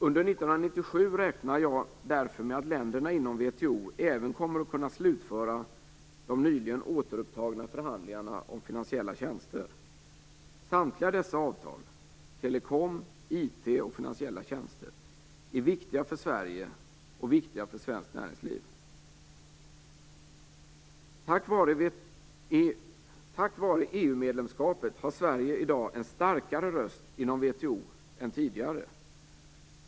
Under 1997 räknar jag därför med att länderna inom WTO även kommer att kunna slutföra de nyligen återupptagna förhandlingarna om finansiella tjänster. Samtliga dessa avtal - telekom, IT och finansiella tjänster - är viktiga för Sverige och svenskt näringsliv. Tack vare EU-medlemskapet har Sverige i dag en starkare röst inom WTO än tidigare.